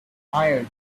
higher